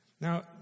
Now